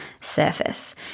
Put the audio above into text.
surface